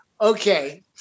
okay